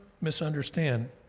misunderstand